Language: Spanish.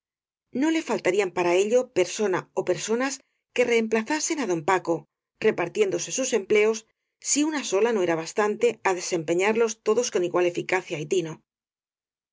no le faltarían para ello persona ó personas que reemplazasen á don paco repartiéndose sus empleos si una sola no era bastante á desempeñarlos todos con igual eficacia y tino